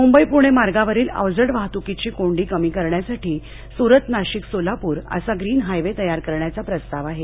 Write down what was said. मुंबई पुणे मार्गावरील अवजड वाहतूकीची कोंडी कमी करण्यासाठी सुरत नाशिक सोलापूर असा ग्रीन हायवे तयार करण्याचा प्रस्ताव आहे